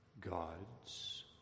gods